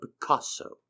Picasso